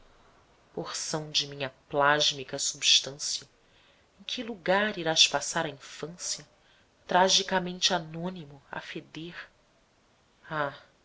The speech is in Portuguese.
porção de minha plásmica substância em que lugar irás passar a infância tragicamente anônimo a feder ah